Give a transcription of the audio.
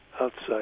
outside